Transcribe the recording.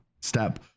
step